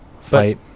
fight